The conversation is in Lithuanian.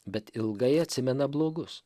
bet ilgai atsimena blogus